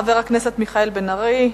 חבר הכנסת מיכאל בן-ארי,